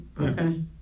Okay